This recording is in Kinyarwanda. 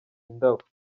indabo